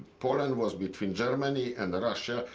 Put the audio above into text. poland was between germany and russia.